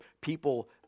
people